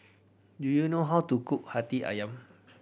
do you know how to cook Hati Ayam